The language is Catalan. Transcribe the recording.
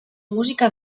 música